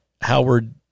Howard